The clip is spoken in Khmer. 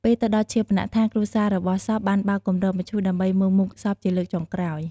ពេលទៅដល់ឈាបនដ្ឋានគ្រួសាររបស់សពបានបើកគម្របមឈូសដើម្បីមើលមុខសពជាលើកចុងក្រោយ។